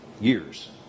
years